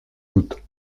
d’août